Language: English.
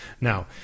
Now